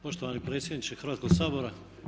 Poštovani predsjedniče Hrvatskoga sabora.